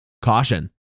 Caution